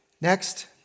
Next